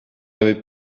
avait